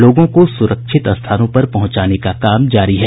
लोगों को सुरक्षित स्थानों पर पहुंचाने का काम जारी है